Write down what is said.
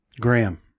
Graham